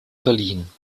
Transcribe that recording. verliehen